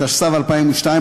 התשס"ב 2002,